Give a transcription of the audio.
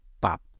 pop